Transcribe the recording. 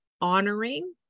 honoring